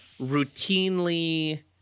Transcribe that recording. routinely